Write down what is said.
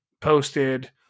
posted